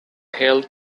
held